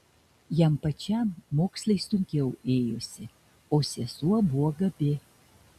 jam pačiam mokslai sunkiau ėjosi o sesuo buvo gabi